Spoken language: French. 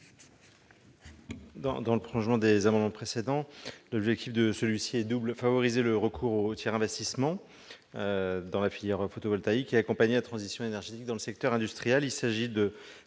Dans le prolongement des amendements précédents, l'objet de celui-ci est double : favoriser le recours au tiers-investissement dans la filière photovoltaïque et accompagner la transition énergétique dans le secteur industriel.